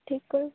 ଠିକ କରି